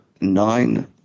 nine